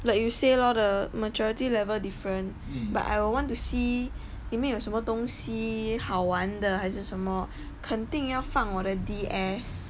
like you say lor the maturity level different but I will want to see 里面有什么东西好玩的还是什么肯定要放我的